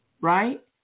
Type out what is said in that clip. right